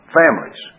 families